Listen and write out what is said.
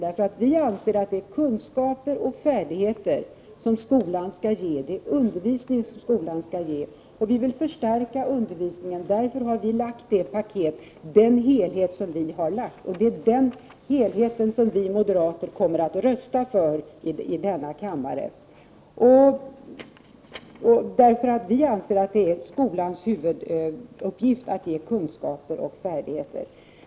Vi anser att skolan 3” skall ge kunskaper och färdigheter, att skolan skall meddela undervisning. Vi vill förstärka undervisningen — därför har vi lagt fram vårt paket, som skall ses som en helhet. Den helheten kommer vi moderater att rösta för i denna kammare. Vi anser att det är skolans huvuduppgift att förmedla kunskaper och färdigheter.